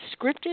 Scripted